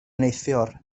neithiwr